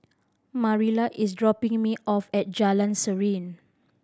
Mariela is dropping me off at Jalan Serene